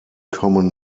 common